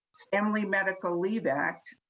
family medical leave act,